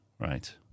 right